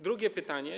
Drugie pytanie.